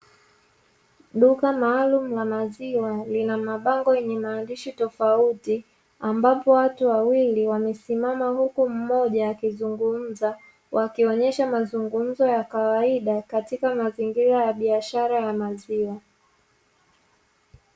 Duka maalumu la maziwa lina mabango yenye maandishi tofauti, ambapo watu wawili wamesimama, huku mmoja akizungumza wakionyesha mazungumzo ya kawaida, katika mazingira ya biashara ya maziwa.